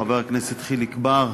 חבר הכנסת חיליק בר,